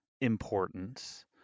importance